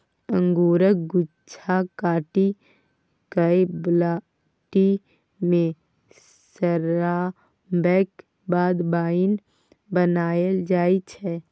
अंगुरक गुच्छा काटि कए बाल्टी मे सराबैक बाद बाइन बनाएल जाइ छै